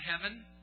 heaven